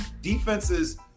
Defenses